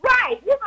Right